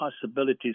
possibilities